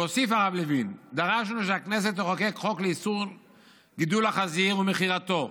והוסיף הרב לוין: "דרשנו שהכנסת תחוקק חוק לאיסור גידול החזיר ומכירתו.